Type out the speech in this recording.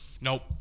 Nope